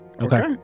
Okay